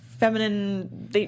feminine